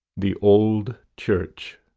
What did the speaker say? the old church.